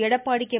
Edappadi K